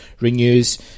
renews